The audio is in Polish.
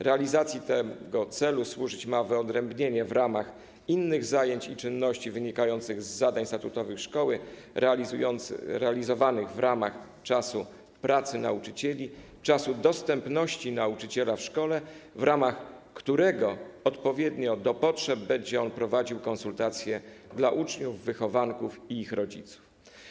Realizacji tego celu służyć ma wyodrębnienie w ramach innych zajęć i czynności wynikających z zadań statutowych szkoły, realizowanych w ramach czasu pracy nauczycieli, czasu dostępności nauczyciela w szkole, w ramach którego odpowiednio do potrzeb będzie on prowadził konsultacje dla uczniów, wychowanków i ich rodziców.